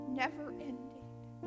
never-ending